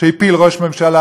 שהפיל ראש ממשלה,